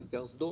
כיכר סדום